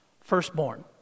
firstborn